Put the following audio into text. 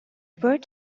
bird